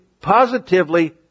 positively